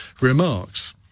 remarks